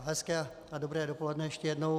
Hezké a dobré dopoledne ještě jednou.